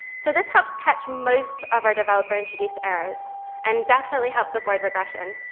so this helps catch most of our developer-introduced errors and definitely helps avoid regression.